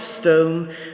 stone